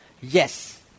Yes